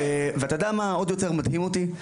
ואתה יודע מה עוד יותר מדהים אותי?